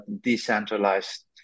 decentralized